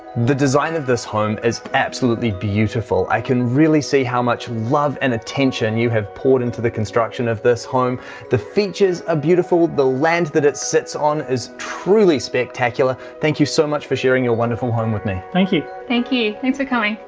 the design of this home is absolutely beautiful. i can really see how much love and attention you have poured into the construction of this home the features are beautiful. the land that it sits on is truly spectacular. thank you so much for sharing your wonderful home with me thank you. thank you. thanks for coming.